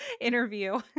interview